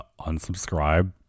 unsubscribe